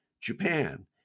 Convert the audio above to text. Japan